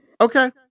okay